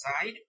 side